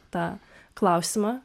tą klausimą